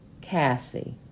Cassie